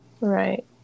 Right